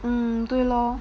mm 对 lor